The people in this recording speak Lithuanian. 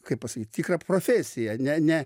kaip pasakyti tikrą profesiją ne ne